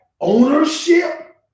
ownership